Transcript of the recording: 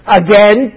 again